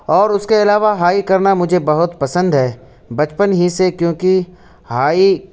اور اس کے علاوہ ہائک کرنا مجھے بہت پسند ہے بچپن ہی سے کیوں کہ ہائیک